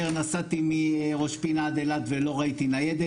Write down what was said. נסעתי מראש פינה עד אילת ולא ראיתי ניידת.